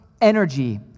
energy